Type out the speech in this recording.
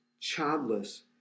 childless